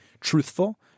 truthful